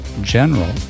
general